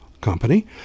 Company